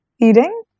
eating